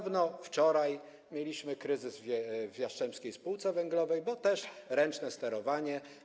Wczoraj mieliśmy kryzys w Jastrzębskiej Spółce Węglowej - również ręczne sterowanie.